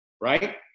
Right